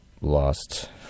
lost